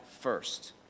first